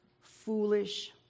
foolish